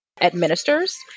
administers